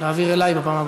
להעביר אלי בפעם הבאה.